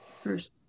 first